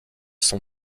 sont